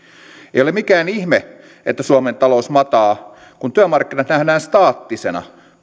ole mikään ihme että suomen talous mataa kun työmarkkinat nähdään staattisena